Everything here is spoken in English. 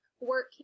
work